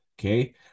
Okay